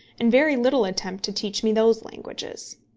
and very little attempt to teach me those languages.